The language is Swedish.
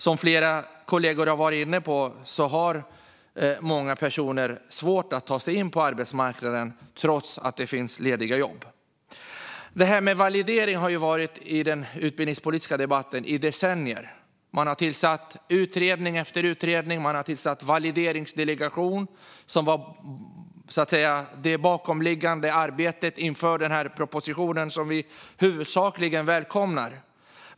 Som flera kollegor har varit inne på har många personer svårt att ta sig in på arbetsmarknaden trots att det finns lediga jobb. Validering har funnits i den utbildningspolitiska debatten i decennier. Man har tillsatt utredning efter utredning, och man har tillsatt en valideringsdelegation, som var så att säga det bakomliggande arbetet inför propositionen, som vi huvudsakligen välkomnar.